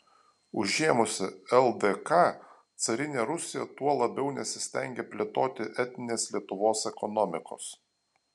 užėmusi ldk carinė rusija tuo labiau nesistengė plėtoti etninės lietuvos ekonomikos